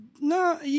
No